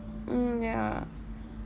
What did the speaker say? mm ya